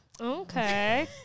Okay